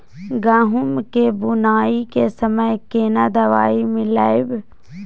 गहूम के बुनाई के समय केना दवाई मिलैबे?